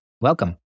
welcome